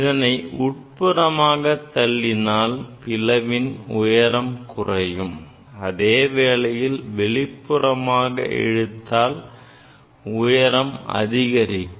இதனை உட்புறமாக தள்ளினால் பிளவின் உயரம் குறையும் அதே வேளையில் வெளிப்புறமாக இழுத்தால் உயரம் அதிகரிக்கும்